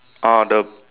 uh the